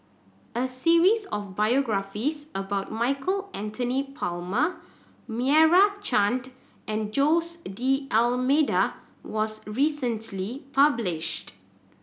a series of biographies about Michael Anthony Palmer Meira Chand and Jose D'Almeida was recently published